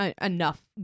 enough